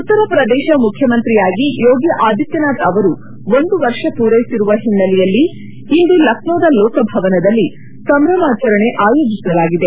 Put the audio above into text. ಉತ್ತರ ಪ್ರದೇಶ ಮುಖ್ಯಮಂತ್ರಿಯಾಗಿ ಯೋಗಿ ಆದಿತ್ನನಾಥ್ ಅವರು ಒಂದು ವರ್ಷ ಪೂರೈಸಿರುವ ಹಿನ್ನೆಲೆಯಲ್ಲಿ ಇಂದು ಲಕ್ನೋದ ಲೋಕಭವನದಲ್ಲಿ ಸಂಭ್ರಮಾಚರಣೆ ಆಯೋಜಿಸಲಾಗಿದೆ